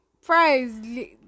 price